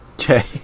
Okay